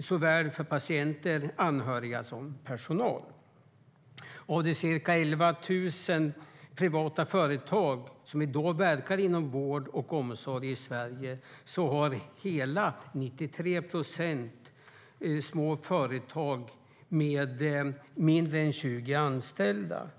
såväl för patienter som för anhöriga och personal. Av de ca 11 000 privata företag som verkar inom vård och omsorg i Sverige i dag är hela 93 procent små företag med mindre än 20 anställda.